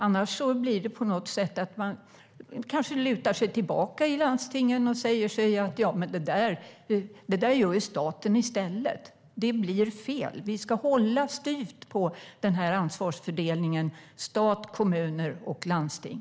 Annars kanske man lutar sig tillbaka i landstingen och säger: Det där gör ju staten i stället. Det blir fel. Vi ska hålla styvt på ansvarsfördelningen mellan stat, kommuner och landsting.